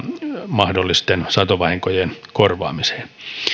mahdollisten satovahinkojen korvaamiseen